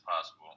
possible